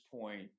point